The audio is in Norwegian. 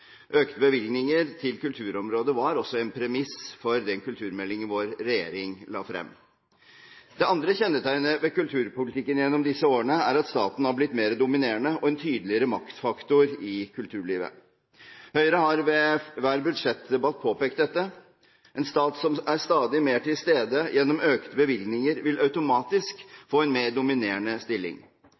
Økte bevilgninger til kulturområdet var også en premiss for kulturmeldingen vår regjering la frem. Det andre kjennetegnet ved kulturpolitikken gjennom disse årene er at staten har blitt mer dominerende og en tydeligere maktfaktor i kulturlivet. Høyre har ved hver budsjettdebatt påpekt dette. En stat som er stadig mer til stede gjennom økte bevilgninger, vil automatisk få en mer dominerende stilling.